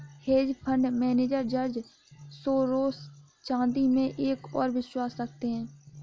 hedge fund manager George Soros चांदी में एक और विश्वास रखते हैं